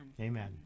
Amen